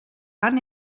han